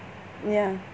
ya